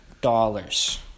dollars